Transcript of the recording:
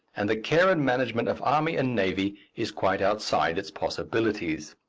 and the care and management of army and navy is quite outside its possibilities.